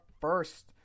first